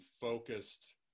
focused